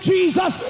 Jesus